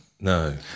No